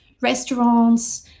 restaurants